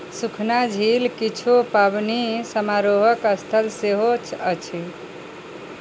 सुखना झील किछु पाबनि समारोहक स्थल सेहो अछि